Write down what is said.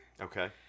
Okay